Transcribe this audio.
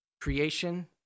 creation